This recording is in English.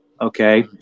Okay